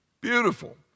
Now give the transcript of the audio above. beautiful